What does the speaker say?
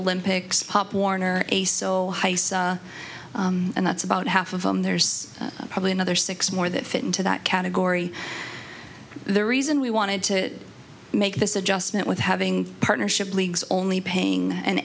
olympics pop warner a so heis and that's about half of them there's probably another six more that fit into that category the reason we wanted to make this adjustment with having partnership leagues only paying an